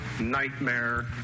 nightmare